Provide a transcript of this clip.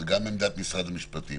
זו גם עמדת משרד המשפטים